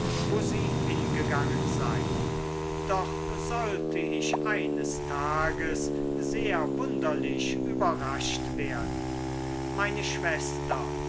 wo sie hingegangen sei doch sollte ich eines tages sehr wunderlich überrascht werden meine schwester